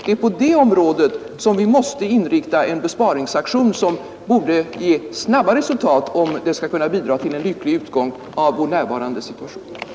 Det är på detta område vi måste inrikta en besparingsaktion, som måste ge snabba resultat om det skall kunna bidra till en lösning av våra energiförsörjningsproblem.